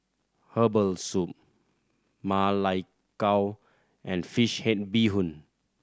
herbal soup Ma Lai Gao and fish head bee hoon